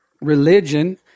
Religion